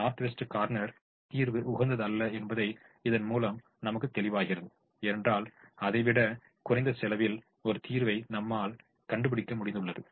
north west corner தீர்வு உகந்ததல்ல என்பதை இதன் மூலம் நமக்குத் தெளிவாகிறது ஏனென்றால் அதை விட குறைந்த செலவில் ஒரு தீர்வை நம்மால் கண்டுபிடிக்க முடிந்ததுள்ளது